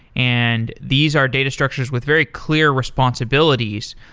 and these are data structures with very clear responsibilities,